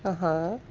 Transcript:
ah huh?